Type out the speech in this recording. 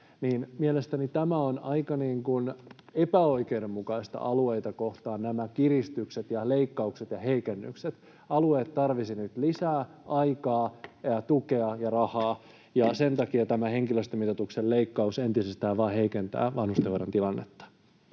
Mielestäni ovat aika epäoikeudenmukaista alueita kohtaan nämä kiristykset ja leikkaukset ja heikennykset. Alueet tarvitsisivat nyt lisää aikaa ja tukea ja rahaa, ja sen takia tämä henkilöstömitoituksen leikkaus vain entisestään heikentää vanhustenhoidon tilannetta.